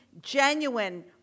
genuine